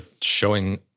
showing